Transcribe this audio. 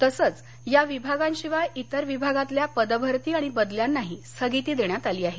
तसंच या विभागांशिवाय इतर विभागातल्या पदभरती आणि बदल्यांनाही स्थगिती दिली आहे